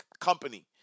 company